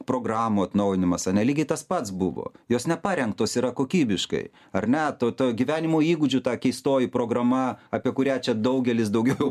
programų atnaujinimas ane lygiai tas pats buvo jos neparengtos yra kokybiškai ar ne to to gyvenimo įgūdžių ta keistoji programa apie kurią čia daugelis daugiau